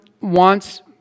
wants